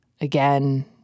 again